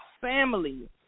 family